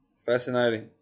Fascinating